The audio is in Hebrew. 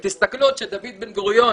תסתכלו, עוד דוד בן גוריון